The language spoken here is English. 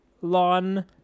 lawn